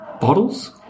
bottles